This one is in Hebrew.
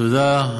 תודה.